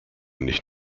nicht